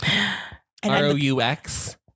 R-O-U-X